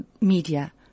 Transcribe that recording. media